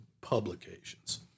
publications